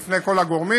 בפני כל הגורמים,